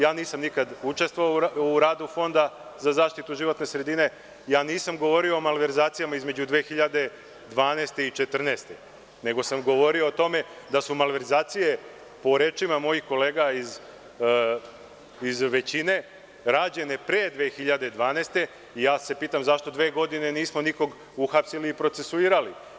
Ja nisam nikad učestvovao u radu Fonda za zaštitu životne sredine, ja nisam govorio o malverzacijama između 2012. i 2014. godine, nego sam govorio o tome da su malverzacije, po rečima mojih kolega iz većine, rađene pre 2012. godine i ja se pitam zašto dve godine nismo nikog uhapsili i procesuirali.